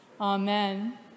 amen